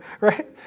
right